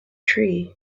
tree